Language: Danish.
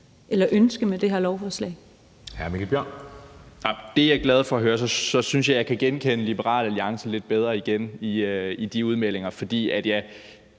Kl. 13:40 Mikkel Bjørn (DF): Det er jeg glad for at høre. Så synes jeg, at jeg kan genkende Liberal Alliance lidt bedre igen, i de udmeldinger, for jeg